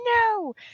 No